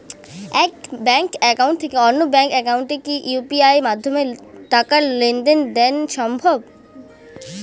এক bank account থেকে অন্য ব্যাংক একাউন্টে কি ইউ.পি.আই মাধ্যমে টাকার লেনদেন দেন সম্ভব?